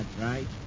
right